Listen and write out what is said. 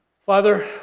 Father